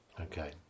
Okay